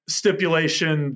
stipulation